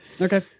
Okay